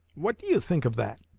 what do you think of that?